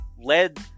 led –